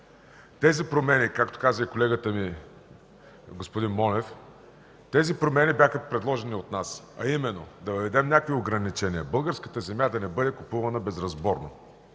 Тези промени, както каза и колегата ми господин Монев, бяха предложени от нас, а именно да въведем ограничения българската земя да не може да бъде купувана безразборно.